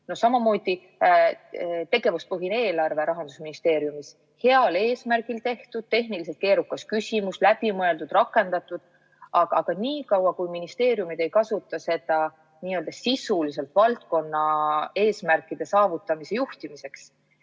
Samamoodi on tegevuspõhine eelarve Rahandusministeeriumis heal eesmärgil tehtud, tehniliselt keerukas küsimus, läbi mõeldud, rakendatud, aga niikaua kui ministeeriumid ei kasutata seda sisuliselt valdkonna eesmärkide saavutamise juhtimiseks,